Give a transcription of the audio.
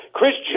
Chris